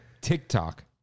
TikTok